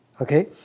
Okay